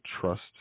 trust